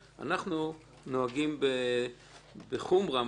אנחנו נוהגים בחומרה מה שנקרא,